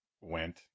went